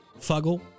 Fuggle